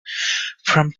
from